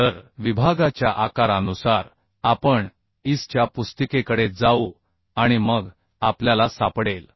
तर विभागाच्या आकारानुसार आपण IS च्या पुस्तिकेकडे जाऊ आणि मग आपल्याला सापडेल